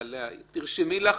תרשמי לך.